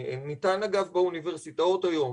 זה ניתן אגב באוניברסיטאות היום,